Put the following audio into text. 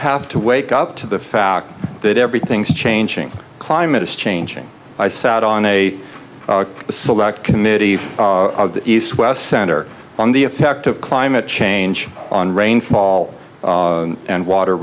have to wake up to the fact that everything's changing climate is changing i sat on a select committee of the east west center on the effect of climate change on rainfall and water